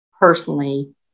personally